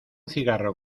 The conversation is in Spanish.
cigarro